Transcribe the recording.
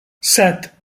set